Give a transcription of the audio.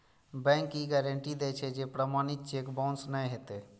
bank ई guarantee दै छै, जे प्रमाणित चेक बाउंस नै हेतै